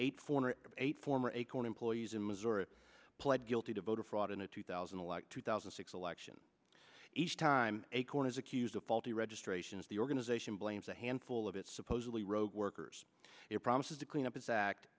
hundred eight former acorn employees in missouri pled guilty to voter fraud in a two thousand and two thousand and six election each time acorn is accused of faulty registrations the organization blames a handful of its supposedly rogue workers it promises to clean up its act